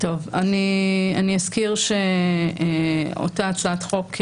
אני אזכיר שאותה הצעת חוק,